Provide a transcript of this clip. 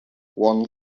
one